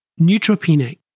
neutropenic